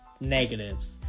negatives